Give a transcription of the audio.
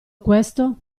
questo